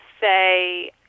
say